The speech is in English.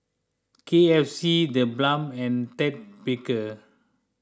K F C the Balm and Ted Baker